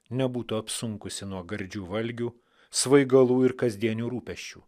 nebūtų apsunkusi nuo gardžių valgių svaigalų ir kasdienių rūpesčių